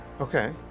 Okay